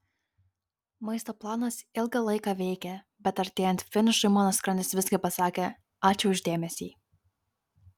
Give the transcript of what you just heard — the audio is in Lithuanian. maisto planas ilgą laiką veikė bet artėjant finišui mano skrandis visgi pasakė ačiū už dėmesį